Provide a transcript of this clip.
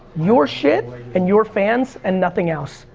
your shit and your fans and nothing else.